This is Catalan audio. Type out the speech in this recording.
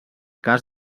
cas